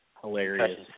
Hilarious